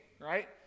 right